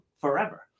forever